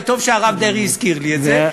וטוב שהרב דרעי הזכיר לי את זה.